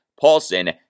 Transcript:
Paulson